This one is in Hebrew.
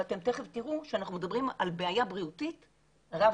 ואתם תכף תראו שאנחנו מדברים על בעיה בריאותית רב-דורית.